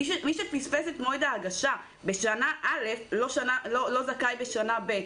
מי שפספס את מועד ההגשה בשנה א', לא זכאי בשנה ב'.